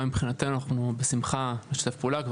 אנחנו בשמחה נשתף פעולה לגבי התקנות,